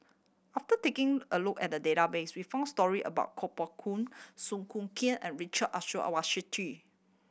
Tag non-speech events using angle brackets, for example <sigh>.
after taking a look at database we found story about Kuo Pao Kun Song Hoot Kiam and Richard <unintelligible>